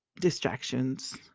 distractions